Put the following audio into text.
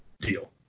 deal